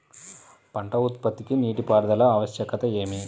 పంట ఉత్పత్తికి నీటిపారుదల ఆవశ్యకత ఏమి?